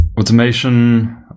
automation